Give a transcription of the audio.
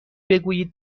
بگویید